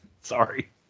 sorry